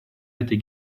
этой